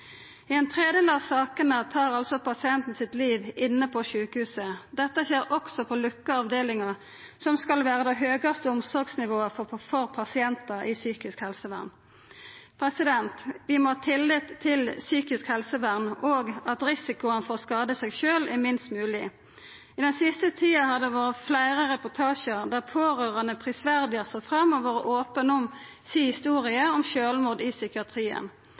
I ein tredel av sakene tar pasienten livet sitt inne på sjukehuset. Dette skjer også på lukka avdelingar, som skal vera det høgaste omsorgsnivået for pasientar i psykisk helsevern. Vi må ha tillit til psykisk helsevern, og at risikoen for å skada seg sjølv er minst mogleg. I den siste tida har det vore fleire reportasjar der pårørande prisverdig har stått fram og vore opne om si historie om sjølvmord i psykiatrien.